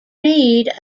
need